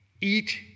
Eat